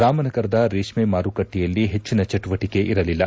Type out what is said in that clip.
ರಾಮನಗರದ ರೇಷ್ಮೆ ಮಾರುಕಟ್ಟೆಯಲ್ಲಿ ಹೆಚ್ಚಿನ ಚಟುವಟಕೆ ಇರಲಿಲ್ಲ